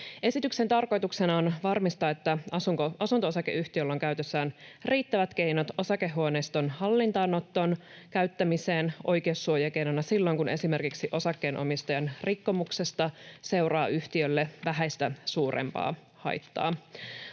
Esityksen tarkoituksena on varmistaa, että asunto-osakeyhtiöllä on käytössään riittävät keinot osakehuoneiston hallintaanoton käyttämiseen oikeussuojakeinona silloin, kun esimerkiksi osakkeenomistajan rikkomuksesta seuraa yhtiölle vähäistä suurempaa haittaa.